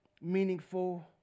meaningful